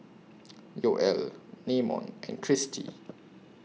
Yoel Namon and Christy